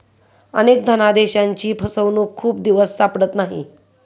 अनेक धनादेशांची फसवणूक खूप दिवस सापडत नाहीत